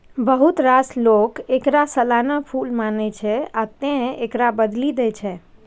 बहुत रास लोक एकरा सालाना फूल मानै छै, आ तें एकरा बदलि दै छै